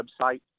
website